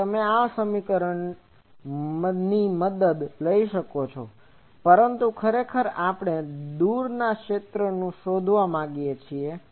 તો પછી આ સમીકરણ તમને મદદ કરશે અને પરંતુ ખરેખર આપણે દૂરના ક્ષેત્રને શોધવા માગીએ છીએ